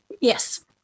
Yes